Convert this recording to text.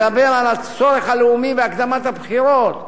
מדבר על הצורך הלאומי בהקדמת הבחירות,